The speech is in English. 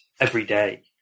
everyday